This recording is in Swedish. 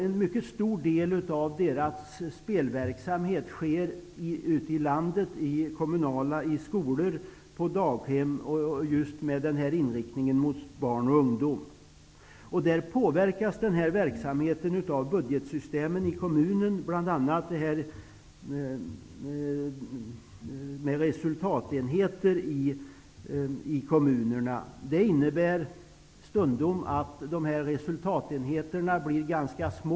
En mycket stor del av deras spelverksamhet sker ute i landet kommunalt i skolor och på daghem just med inriktning på barn och ungdom. Denna verksamhet påverkas av kommunernas budgetsystem, bl.a. kommunernas resultatenheter. Det innebär stundom att dessa resultatenheter blir ganska små.